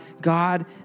God